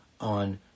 on